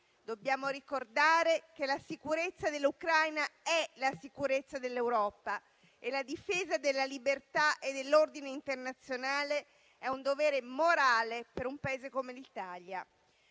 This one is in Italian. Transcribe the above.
dobbiamo ricordare che la sicurezza dell'Ucraina è la sicurezza dell'Europa e la difesa della libertà e dell'ordine internazionale è un dovere morale per un Paese come l'Italia.